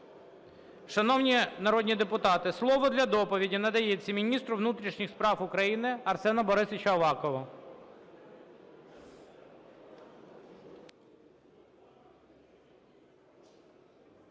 Шановні народні депутати, слово для доповіді надається міністру внутрішніх справ України Арсену Борисовичу Авакову.